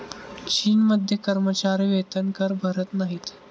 चीनमध्ये कर्मचारी वेतनकर भरत नाहीत